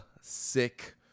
Sick